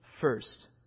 first